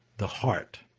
the heart.